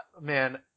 Man